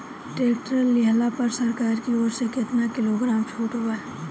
Tractor लिहला पर सरकार की ओर से केतना किलोग्राम छूट बा?